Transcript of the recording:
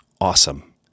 awesome